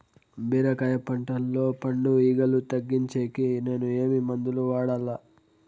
బీరకాయ పంటల్లో పండు ఈగలు తగ్గించేకి నేను ఏమి మందులు వాడాలా?